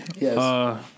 yes